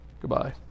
Goodbye